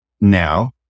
now